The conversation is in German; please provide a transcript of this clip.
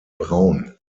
braun